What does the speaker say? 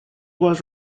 was